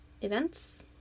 events